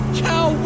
cow